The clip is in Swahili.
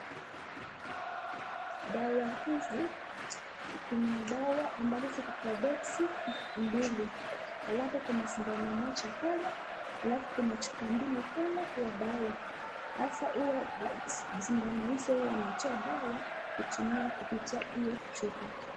Dawa hizi, kuna dawa ambazo ziko kwa boxi mbili alafu kuna sindank moja pale, alafu kuna chupa mbili pale za dawa, hii huwa wanatia dawa kupitia hiyo chupa.